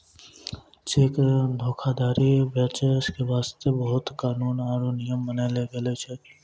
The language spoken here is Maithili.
चेक धोखाधरी बचै के बास्ते बहुते कानून आरु नियम बनैलो गेलो छै